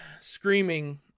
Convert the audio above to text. screaming